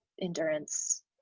endurance